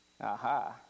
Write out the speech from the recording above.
Aha